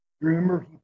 remember